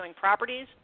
properties